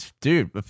dude